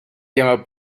llama